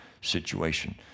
situation